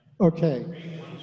Okay